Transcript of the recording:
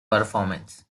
performance